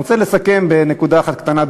אני רוצה לסכם בנקודה אחת קטנה,